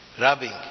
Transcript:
rubbing